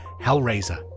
Hellraiser